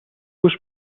گوش